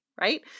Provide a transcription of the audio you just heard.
right